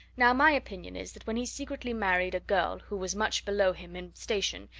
now, my opinion is that when he secretly married a girl who was much below him in station,